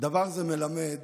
דבר זה מלמד